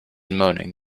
moaning